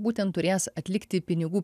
būtent turės atlikti pinigų